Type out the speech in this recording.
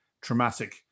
traumatic